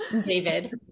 David